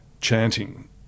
chanting